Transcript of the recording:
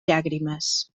llàgrimes